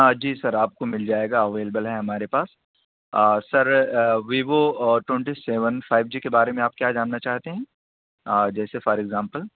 جی sir آپ کو مل جائے گا اویلیبل ہے ہمارے پاس sir Vivo twenty seven five G کے بارے میں آپ کیا جاننا چاہتے ہیں جیسے فار اگزامپل